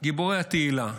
גיבורי התהילה,